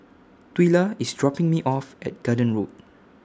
Twila IS dropping Me off At Garden Road